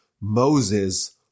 Moses